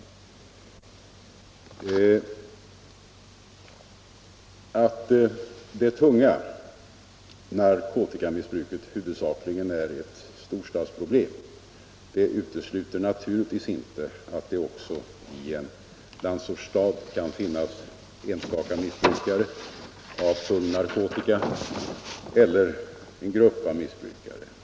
Det faktum att det tunga narkotikamissbruket huvudsakligen är ett storstadsproblem utesluter inte att det också i en landsortsstad kan finnas enstaka missbrukare av tung narkotika eller en grupp av missbrukare.